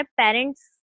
parents